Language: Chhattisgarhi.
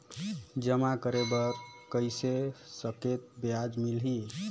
जमा करे बर कइसे कतेक ब्याज मिलही?